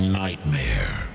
nightmare